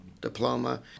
diploma